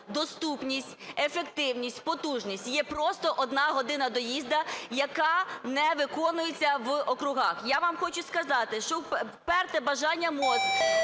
доступність, ефективність, потужність, є просто одна година доїзду, яка не виконується в округах. Я вам хочу сказати, що вперте бажання МОЗ